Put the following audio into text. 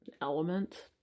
element